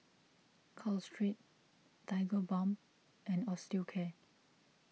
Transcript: Caltrate Tigerbalm and Osteocare